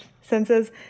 senses